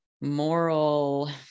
moral